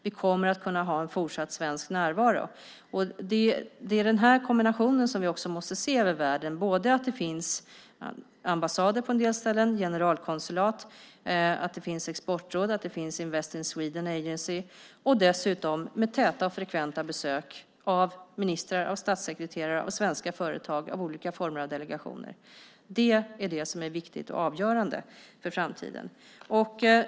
Vi kommer att kunna ha en fortsatt svensk närvaro. Det är denna kombination som vi också måste se över världen - det finns ambassader på en del ställen, generalkonsulat, exportråd och Invest in Sweden Agency, och det sker dessutom täta besök av ministrar, statssekreterare, svenska företag och olika former av delegationer. Detta är viktigt och avgörande för framtiden.